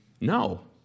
No